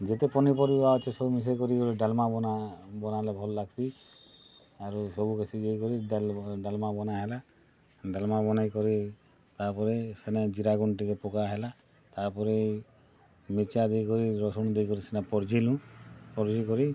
ଯେତେ ପନିପରିବା ଅଛେ ସବୁ ମିଶେଇକରି ଗୁଟେ ଡାଲ୍ମା ବନାଲେ ଭଲ୍ ଲାଗ୍ସି ଆରୁ ସବୁ ମିଶେଇକରି ଡାଲ୍ମା ଡାଲ୍ମା ବନା ହେଲା ଡାଲ୍ମା ବନେଇ କରି ତା'ର୍ପରେ ସେନେ ଜିରା ଗୁଣ୍ଡ୍ ଟିକେ ପକା ହେଲା ତା'ର୍ପରେ ମିର୍ଚା ଦେଇକରି ରସୁଣ୍ ଦେଇକରି ସେଟା ପର୍ଝିଲୁଁ ପର୍ଝି କରି